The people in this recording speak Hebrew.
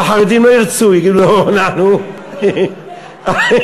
והחרדים לא ירצו, יגידו: לא, אנחנו, פה,